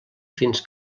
fins